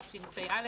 תשפ"א,